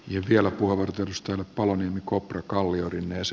ja vielä puhuvat tietysti lappalainen kopra arvoisa puhemies